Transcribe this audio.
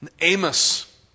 Amos